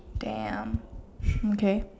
damn okay